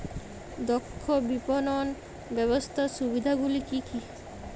দক্ষ বিপণন ব্যবস্থার সুবিধাগুলি কি কি?